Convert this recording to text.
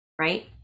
right